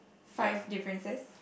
five differences